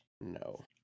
No